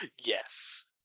Yes